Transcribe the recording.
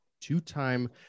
two-time